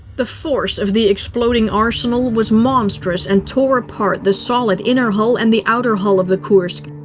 the force of the exploding arsenal was monstrous and tore apart the solid inner hull and the outer hull of the kursk.